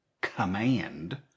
command